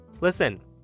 listen